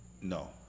No